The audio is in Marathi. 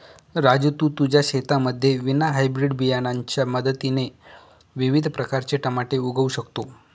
राजू तू तुझ्या शेतामध्ये विना हायब्रीड बियाणांच्या मदतीने विविध प्रकारचे टमाटे उगवू शकतो